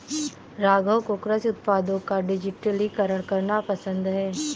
राघव को कृषि उत्पादों का डिजिटलीकरण करना पसंद है